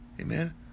Amen